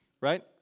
right